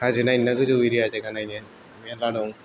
हाजो नायनोना गोजौ एरिया जायगा नायनो मेरला दं